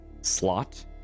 slot